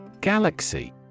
Galaxy